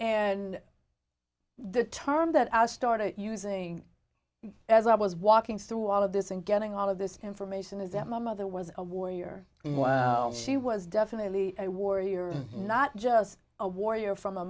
and the term that i started using as i was walking through all of this and getting all of this information is that my mother was a warrior she was definitely a warrior not just a warrior from a